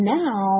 now